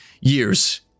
years